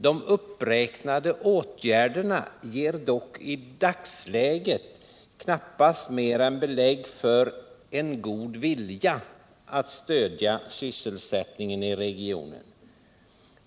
De uppräknade åtgärderna ger dock i dagsläget belägg för knappast mer än en god vilja att stödja sysselsättningen i regionen.